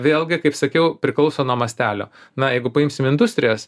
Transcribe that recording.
vėlgi kaip sakiau priklauso nuo mastelio na jeigu paimsim industrijas